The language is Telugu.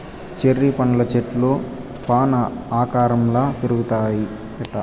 చెర్రీ పండ్ల చెట్లు ఫాన్ ఆకారంల పెరుగుతాయిట